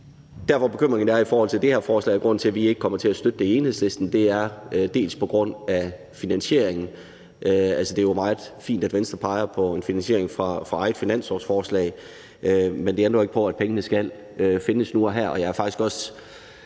er nogle bekymringer i forhold til det her forslag – og det er grunden til, at vi ikke kommer til at støtte det i Enhedslisten – og det handler bl.a. om finansieringen. Altså, det er jo meget fint, at Venstre peger på en finansiering fra eget finanslovsforslag, men det ændrer jo ikke på, at pengene skal findes nu og her.